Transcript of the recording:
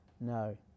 No